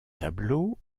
tableaux